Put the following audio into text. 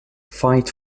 fight